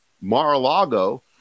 Mar-a-Lago